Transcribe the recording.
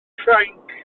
ffrainc